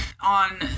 on